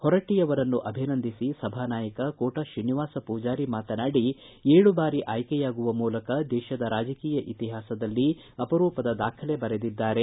ಹೊರಟ್ಟಿ ಅವರನ್ನು ಅಭಿನಂದಿಸಿ ಸಭಾ ನಾಯಕ ಕೋಟ ಶ್ರೀನಿವಾಸ ಪೂಜಾರಿ ಮಾತನಾಡಿ ಏಳು ಬಾರಿ ಆಯ್ಕೆಯಾಗುವ ಮೂಲಕ ದೇಶದ ರಾಜಕೀಯ ಇತಿಹಾಸದಲ್ಲಿ ಅಪರೂಪದ ದಾಖಲೆ ಬರೆದಿದ್ದಾರೆ